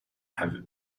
have